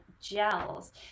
gels